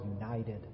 united